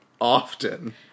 often